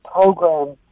program